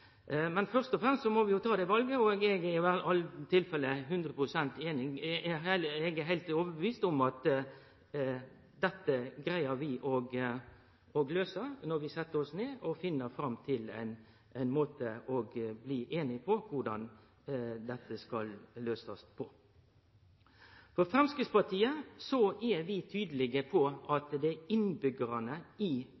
Men først og fremst må vi ha det valet. Eg er i alle fall heilt overtydd om at dette greier vi å løyse når vi set oss ned, at vi finn fram til ein måte å bli einige om korleis dette skal løysast. Vi i Framstegspartiet er tydelege på